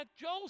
Joel